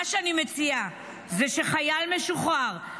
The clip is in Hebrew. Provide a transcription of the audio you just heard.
מה שאני מציעה זה שחייל משוחרר,